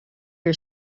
are